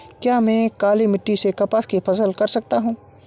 क्या मैं काली मिट्टी में कपास की फसल कर सकता हूँ?